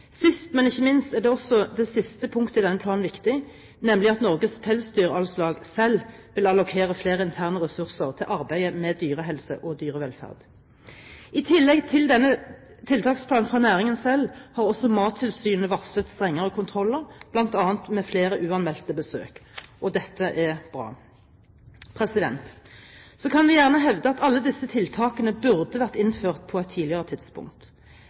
Sist, men ikke minst er også det siste punktet i denne planen viktig, nemlig at Norges Pelsdyralslag selv vil allokere flere interne ressurser til arbeid med dyrehelse og dyrevelferd. I tillegg til denne tiltaksplanen fra næringen selv har også Mattilsynet varslet strengere kontroller, bl.a. med flere uanmeldte besøk. Dette er bra. Så kan vi gjerne hevde at alle disse tiltakene burde vært innført på et tidligere tidspunkt.